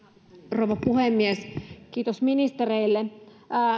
rouva puhemies kiitos ministereille